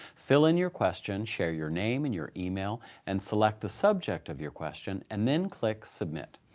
fill in your question, share your name and your email and select the subject of your question, and then click submit.